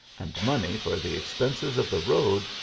and money for the expenses of the road,